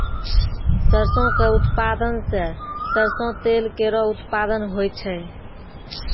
सरसों क उत्पादन सें सरसों तेल केरो उत्पादन होय छै